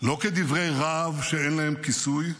לא כדברי רהב שאין להם כיסוי.